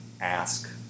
ask